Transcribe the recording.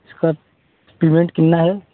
इसकी पेमेंट कितनी है